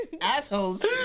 assholes